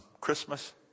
Christmas